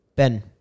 Ben